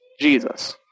Jesus